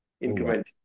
increment